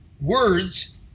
words